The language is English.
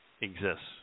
exists